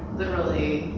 literally,